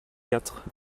quatre